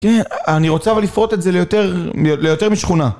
כן, אני רוצה אבל לפרוט את זה ליותר ליותר משכונה.